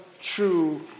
true